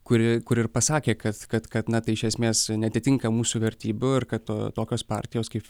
kuri kur ir pasakė kas kad kad na tai iš esmės neatitinka mūsų vertybių ir kad tokios partijos kaip